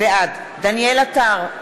בעד דניאל עטר,